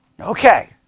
Okay